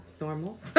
normal